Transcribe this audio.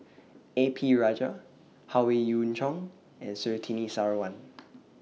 A P Rajah Howe Yoon Chong and Surtini Sarwan